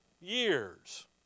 years